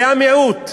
זה המיעוט.